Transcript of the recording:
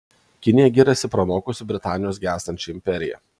kinija giriasi pranokusi britanijos gęstančią imperiją